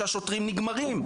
והשוטרים נגמרים.